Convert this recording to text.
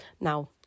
Now